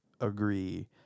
agree